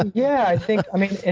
yeah, i think, i mean, and